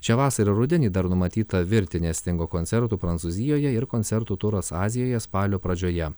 šią vasarą ir rudenį dar numatyta virtinė stingo koncertų prancūzijoje ir koncertų turas azijoje spalio pradžioje